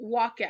walkout